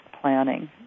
planning